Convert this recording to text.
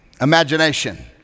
imagination